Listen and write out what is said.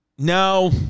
No